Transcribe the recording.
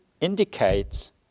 indicates